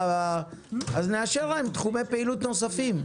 אז נאשר להם תחומי פעילות נוספים.